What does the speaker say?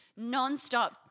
nonstop